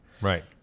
Right